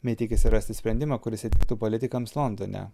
bet tikisi rasti sprendimą kuris įtiktų politikams londone